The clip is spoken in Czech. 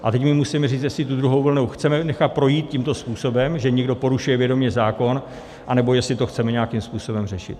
A teď my musíme říct, jestli tu druhou vlnu chceme nechat projít tímto způsobem, že někdo porušuje vědomě zákon, anebo jestli to chceme nějakým způsobem řešit.